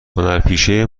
هنرپیشه